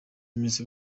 iminsi